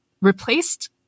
replaced